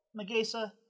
Magesa